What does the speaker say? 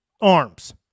arms